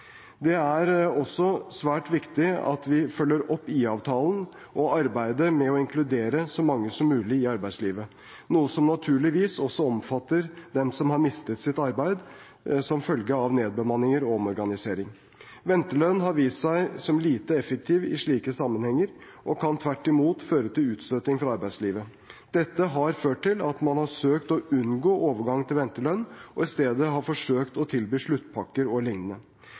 Det er også svært viktig at vi følger opp IA-avtalen og arbeidet med å inkludere så mange som mulig i arbeidslivet, noe som naturligvis også omfatter dem som har mistet sitt arbeid som følge av nedbemanninger og omorganisering. Ventelønn har vist seg som lite effektiv i slike sammenhenger og kan tvert imot føre til utstøting fra arbeidslivet. Dette har ført til at man har søkt å unngå overgang til ventelønn, og i stedet har forsøkt å tilby sluttpakker